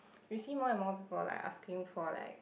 we see more and more people like asking for like